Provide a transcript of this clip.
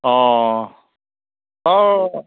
অ' অ'